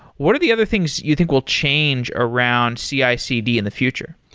what are the other things you think will change around cicd in the future?